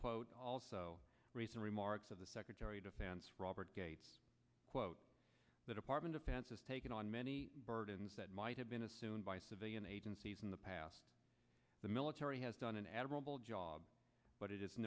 quote also recent remarks of the secretary of defense robert gates quote the department of defense is taking on many burdens that might have been assumed by civilian agencies in the past the military has done an admirable job but it is